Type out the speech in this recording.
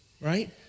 Right